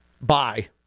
Bye